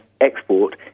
export